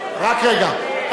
רק רגע,